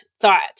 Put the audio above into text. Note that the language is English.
thought